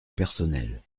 personnelle